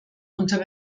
unter